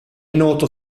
noto